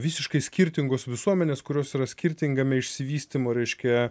visiškai skirtingos visuomenės kurios yra skirtingame išsivystymo reiškia